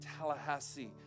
Tallahassee